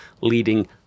leading